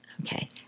Okay